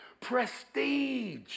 prestige